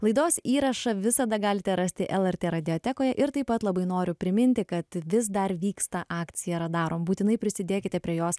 laidos įrašą visada galite rasti el er t radijotekoje ir taip pat labai noriu priminti kad vis dar vyksta akcija radarom būtinai prisidėkite prie jos